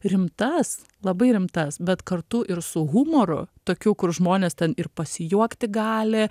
rimtas labai rimtas bet kartu ir su humoru tokių kur žmonės ten ir pasijuokti gali